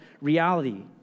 reality